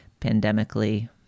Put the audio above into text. pandemically